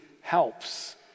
helps